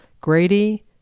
Grady